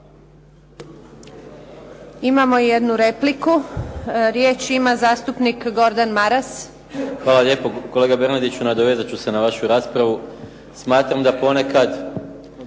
Imamo jednu repliku. Riječ ima zastupnik Gordan Maras. **Maras, Gordan (SDP)** Hvala lijepo. Kolega Bernardiću, nadovezat ću se na vašu raspravu. Smatram da ponekad